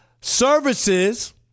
services